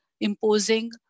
imposing